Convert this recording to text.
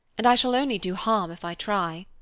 and i shall only do harm if i try.